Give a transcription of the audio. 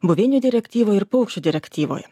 buveinių direktyvoj ir paukščių direktyvoj